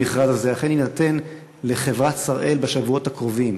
אכן יינתן לחברת "שראל" בשבועות הקרובים.